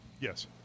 Yes